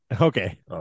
Okay